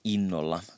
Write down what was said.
Innolla